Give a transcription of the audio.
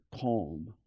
calm